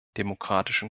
demokratischen